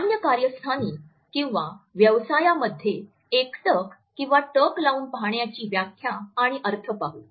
सामान्य कार्यस्थानी किंवा व्यवसायामध्ये एकटक किंवा टक लावून पाहण्याची व्याख्या आणि अर्थ पाहू